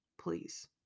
please